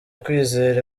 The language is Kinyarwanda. kwizera